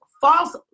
false